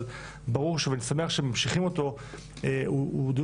אבל ברור שאני שמח שממשיכים אותו והוא דיון